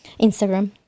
Instagram